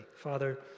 Father